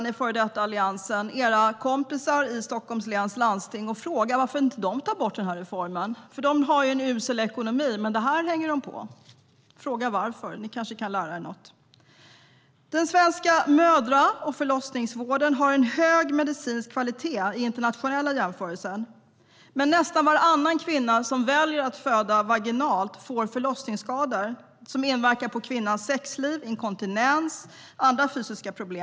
Ni i före detta Alliansen får gärna ringa era kompisar i Stockholms läns landsting och fråga varför de inte tar bort den här reformen. De har en usel ekonomi, men det här hänger de på. Fråga varför! Ni kanske kan lära er något. Den svenska mödra och förlossningsvården har en hög medicinsk kvalitet i internationella jämförelser. Men nästan varannan kvinna som väljer att föda vaginalt får förlossningsskador som inverkar på kvinnans sexliv samt orsakar inkontinens och andra fysiska problem.